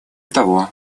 того